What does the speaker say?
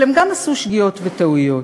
אבל הם גם עשו שגיאות וטעויות.